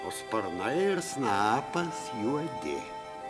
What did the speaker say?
o sparnai ir snapas juodi